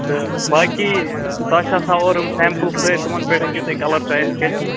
تہٕ باقٕے تَتھ چھُ آسان اوٗرٕ سیٚمپٕل سٍتۍ تِمَن پیٚٹھ ہیٚکو تۅہہِ کَلر چوایِز کَرِتھ